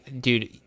dude